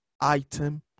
item